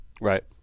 Right